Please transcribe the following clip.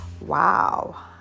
Wow